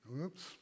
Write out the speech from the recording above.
Oops